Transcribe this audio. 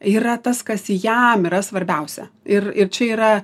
yra tas kas jam yra svarbiausia ir ir čia yra